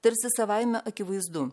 tarsi savaime akivaizdu